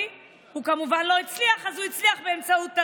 הוא היה מגיע לכאן מדי פעם,